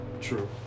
true